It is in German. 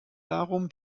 darum